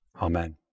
amen